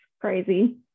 crazy